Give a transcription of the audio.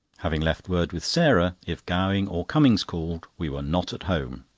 having left word with sarah if gowing or cummings called we were not at home.